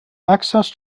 access